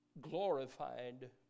glorified